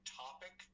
topic